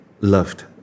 loved